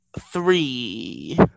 Three